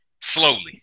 slowly